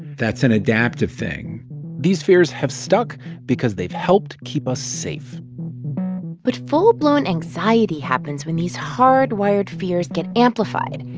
that's an adaptive thing these fears have stuck because they've helped keep us safe but full-blown anxiety happens when these hard-wired fears get amplified.